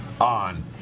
on